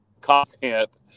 content